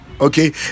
okay